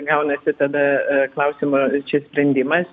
gaunasi tada klausimo čia sprendimas